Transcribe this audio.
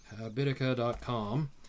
habitica.com